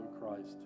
Christ